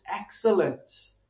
excellence